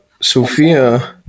Sofia